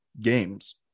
games